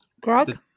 Grog